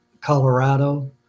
Colorado